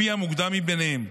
לפי המוקדם מביניהם,